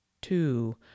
two